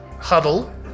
huddle